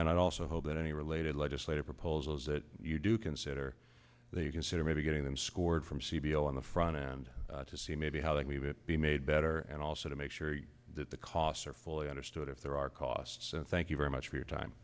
and i also hope that any related legislative proposals that you do consider that you consider maybe getting them scored from c b l on the front end to see maybe how they can even be made better and also to make sure that the costs are fully understood if there are costs and thank you very much for your time